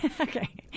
Okay